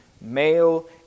male